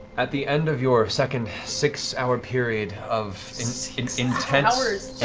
at the end of your second six-hour period of intense